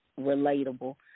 relatable